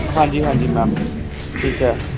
ਹਾਂਜੀ ਹਾਂਜੀ ਮੈਮ ਠੀਕ ਹੈ